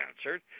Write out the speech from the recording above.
answered